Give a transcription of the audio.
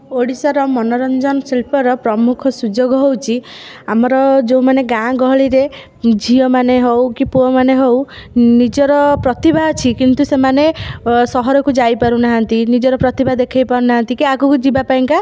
ଓଡ଼ିଶାର ମନୋରଞ୍ଜନ ଶିଳ୍ପର ପ୍ରମୁଖ ସୁଯୋଗ ହେଉଛି ଆମର ଯେଉଁମାନେ ଗାଁ ଗହଳିରେ ଝିଅମାନେ ହେଉ କି ପୁଅମାନେ ହେଉ ନିଜର ପ୍ରତିଭା ଅଛି କିନ୍ତୁ ସେମାନେ ସହରକୁ ଯାଇ ପାରୁନାହାଁନ୍ତି ନିଜର ପ୍ରତିଭା ଦେଖେଇ ପାରୁନାହାଁନ୍ତି କି ଆଗକୁ ଯିବା ପାଇଁକା